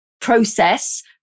process